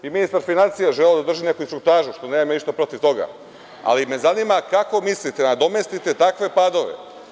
Ministar finansija je želeo da drži neku instruktažu, što nemam ništa protiv toga, ali me zanima kako mislite da nadomestite takve padove?